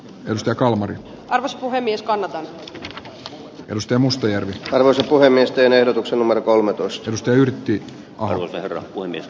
musta kalman alas puhemies kannata rustem mustajärvi voisi puhemiesten ehdotuksen numero kolmetoista tyydytti alder uinnit